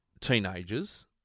teenagers